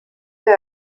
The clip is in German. der